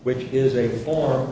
which is a form